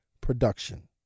production